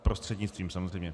Prostřednictvím samozřejmě.